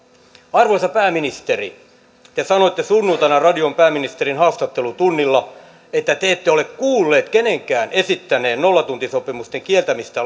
arvoisa pääministeri te te sanoitte sunnuntaina radion pääministerin haastattelutunnilla että te ette ole kuullut kenenkään esittäneen nollatuntisopimusten kieltämistä